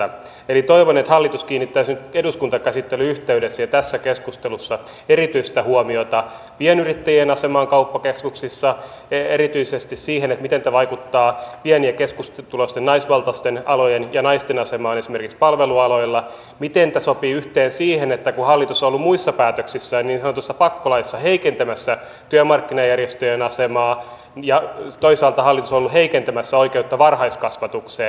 eli toivon että hallitus kiinnittäisi nyt eduskuntakäsittelyn yhteydessä ja tässä keskustelussa erityistä huomiota pienyrittäjien asemaan kauppakeskuksissa ja erityisesti siihen miten tämä vaikuttaa pieni ja keskituloisten naisvaltaisten alojen ja naisten asemaan esimerkiksi palvelualoilla miten tämä sopii yhteen sen kanssa kun hallitus on muissa päätöksissään niin sanotussa pakkolaissa heikentämässä työmarkkinajärjestöjen asemaa ja toisaalta hallitus on ollut heikentämässä oikeutta varhaiskasvatukseen